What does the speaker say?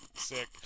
sick